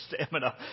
stamina